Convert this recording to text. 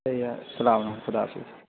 صحیح ہے السلام علیکم خدا حافظ